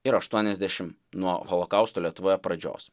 ir aštuoniasdešim nuo holokausto lietuvoje pradžios